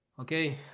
Okay